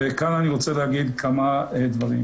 כאן אני רוצה להגיד כמה דברים,